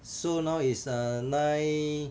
so now is uh nine